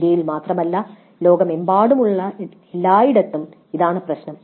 ഇന്ത്യയിൽ മാത്രമല്ല ലോകമെമ്പാടുമുള്ള എല്ലായിടത്തും ഇതാണ് പ്രശ്നം